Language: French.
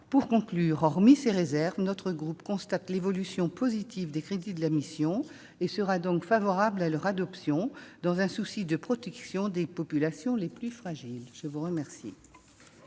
Pour conclure, hormis ces réserves, le groupe Les Républicains constate l'évolution positive des crédits de la mission et sera donc favorable à leur adoption dans un souci de protection des populations les plus fragiles. Mes chers